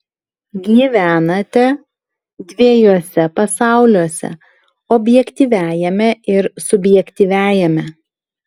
gyvenate dviejuose pasauliuose objektyviajame ir subjektyviajame